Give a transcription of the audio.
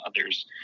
others